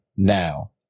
Now